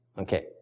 Okay